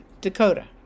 Dakota